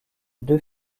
deux